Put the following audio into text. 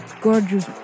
gorgeous